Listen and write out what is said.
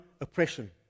oppression